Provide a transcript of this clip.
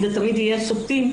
כי אלה תמיד יהיו אותם שופטים,